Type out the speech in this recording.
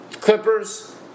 Clippers